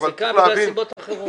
היא הופסקה בגלל סיבות אחרות.